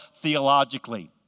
theologically